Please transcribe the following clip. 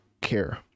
care